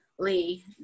Lee